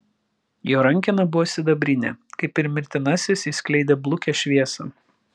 jo rankena buvo sidabrinė kaip ir mirtinasis jis skleidė blukią šviesą